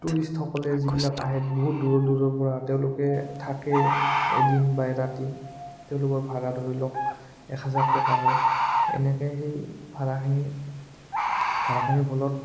টুৰিষ্টসকলে যিবিলাক আহে বহুত দূৰৰ দূৰৰপৰা তেওঁলোকে থাকে এদিন বা এৰাতি তেওঁলোকৰ ভাড়া ধৰি লওক এক হাজাৰ টকা হয় এনেকৈ সেই ভাড়াখিনি ভাড়াখিনিৰ ফলত